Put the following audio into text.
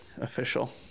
official